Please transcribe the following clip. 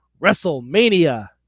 WrestleMania